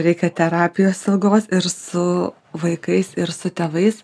reikia terapijos ilgos ir su vaikais ir su tėvais